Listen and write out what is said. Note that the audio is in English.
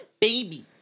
baby